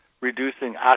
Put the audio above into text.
reducing